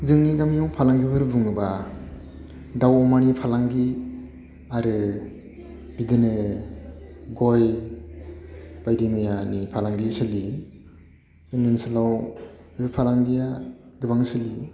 जोंनि गामियाव फालांगिफोर बुङोब्ला दाउ अमानि फालांगि आरो बिदिनो गय बायदि मैयानि फालांगि सोलियो जोंनि ओनसोलाव बि फालांगिया गोबां सोलियो